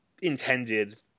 Intended